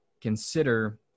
consider